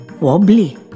wobbly